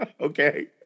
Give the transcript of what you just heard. okay